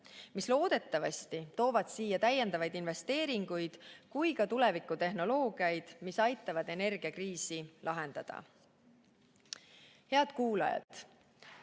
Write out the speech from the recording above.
Need loodetavasti toovad siia nii täiendavaid investeeringuid kui ka tulevikutehnoloogia, mis aitavad energiakriisi lahendada. Head kuulajad!